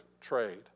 trade